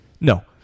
No